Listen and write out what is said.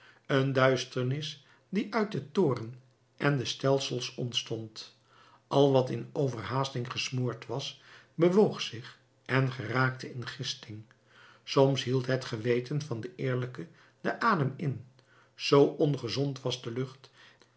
een duisternis die uit den toorn en de stelsels ontstond al wat in overhaasting gesmoord was bewoog zich en geraakte in gisting soms hield het geweten van den eerlijke den adem in zoo ongezond was de lucht